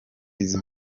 izi